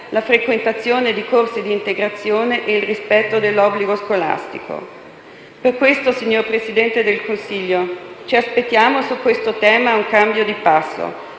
la frequentazione di corsi di integrazione e il rispetto dell'obbligo scolastico. Per questo, signor Presidente del Consiglio, ci aspettiamo su siffatto tema un cambio di passo.